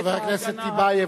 חבר הכנסת טיבייב,